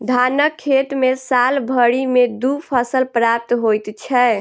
धानक खेत मे साल भरि मे दू फसल प्राप्त होइत छै